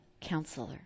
counselor